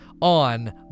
on